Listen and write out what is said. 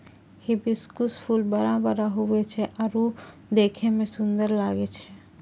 hibiscus फूल बड़ा बड़ा हुवै छै आरु देखै मे सुन्दर लागै छै